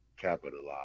capitalize